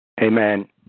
Amen